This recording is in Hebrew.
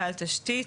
"בעל תשתית"